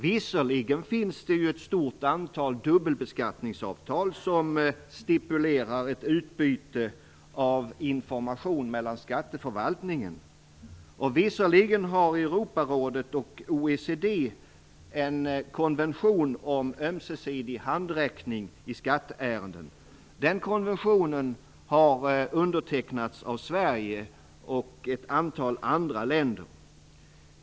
Visserligen finns det ett stort antal dubbelbeskattningsavtal som stipulerar ett utbyte av information mellan skatteförvaltningar, och visserligen har Europarådet och OECD en konvention om ömsesidig handräckning i skatteärenden. Den konventionen har undertecknats av Sverige och ett antal andra länder.